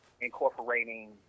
incorporating